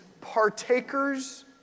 partakers